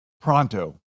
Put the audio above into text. pronto